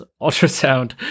ultrasound